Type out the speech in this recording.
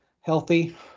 healthy